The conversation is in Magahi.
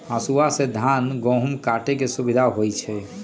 हसुआ से धान गहुम काटे में सुविधा होई छै